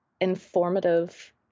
informative